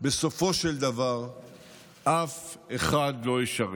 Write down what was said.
בסופו של דבר אף אחד לא ישרת.